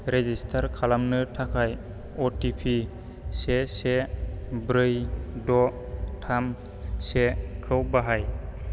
register खालामनो थाखाय O T P से से ब्रै द' थाम सेखौ बाहाय